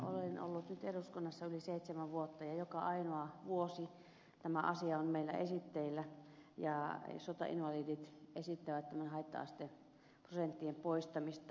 minä olen ollut nyt eduskunnassa yli seitsemän vuotta ja joka ainoa vuosi tämä asia on meillä esitteillä ja sotainvalidit esittävät näiden haitta asteprosenttien poistamista